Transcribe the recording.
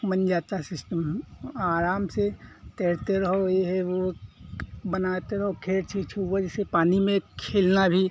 बन जाता सिस्टम आराम से तैरते रहो ये है वो बनाते रहो खेल जैसे पानी में खेलना भी